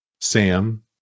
sam